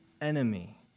enemy